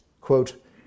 Quote